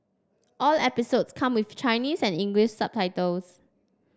all episodes come with Chinese and English subtitles